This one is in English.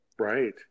Right